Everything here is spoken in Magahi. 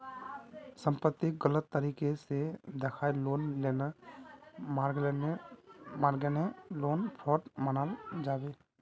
संपत्तिक गलत तरीके से दखाएँ लोन लेना मर्गागे लोन फ्रॉड मनाल जाबे